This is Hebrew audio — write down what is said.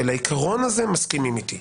שלעיקרון הזה מסכימים איתי.